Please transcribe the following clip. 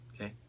Okay